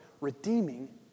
redeeming